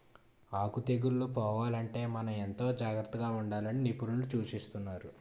ఆకు తెగుళ్ళు పోవాలంటే మనం ఎంతో జాగ్రత్తగా ఉండాలని నిపుణులు సూచిస్తున్నారు